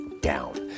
down